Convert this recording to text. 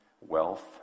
wealth